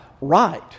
right